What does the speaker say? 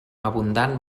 abundant